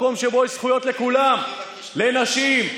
מקום שבו יש זכויות לכולם, לנשים,